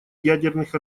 ядерных